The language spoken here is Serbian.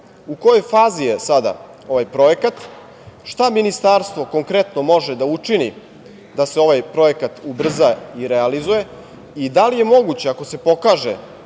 u kojoj fazi je sada ovaj projekat? Šta ministarstvo konkretno može da učini da se ovaj projekat ubrza i realizuje? Da li je moguće, ako se pokaže